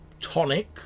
tonic